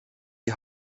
die